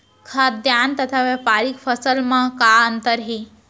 खाद्यान्न तथा व्यापारिक फसल मा का अंतर हे?